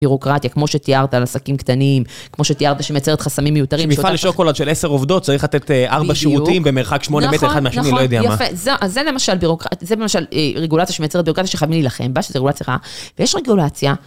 ביורוקרטיה, כמו שתיארת על עסקים קטנים, כמו שתיארת שמייצרת חסמים מיותרים שמיכל שוקולד של עשר עובדות צריך לתת ארבע שירותים במרחק שמונה מטר אחד מהשני, לא יודע מה נכון, נכון, יפה, זה למשל ביורוקרטיה, זה למשל רגולציה שמייצרת ביורוקרטיה שחייבים להילחם בה, שזו רגולציה רעה, ויש רגולציה